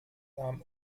nahm